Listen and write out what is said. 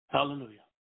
Hallelujah